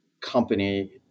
company